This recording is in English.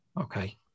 okay